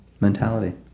mentality